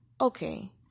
okay